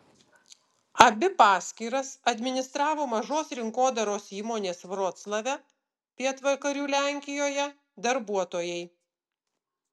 abi paskyras administravo mažos rinkodaros įmonės vroclave pietvakarių lenkijoje darbuotojai